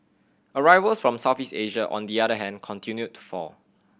arrivals from Southeast Asia on the other hand continued to fall